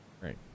Right